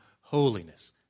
holiness